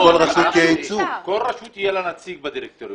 כל רשות יהיה לה נציג בדירקטוריון.